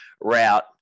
route